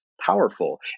powerful